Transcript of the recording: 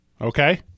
okay